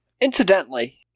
Incidentally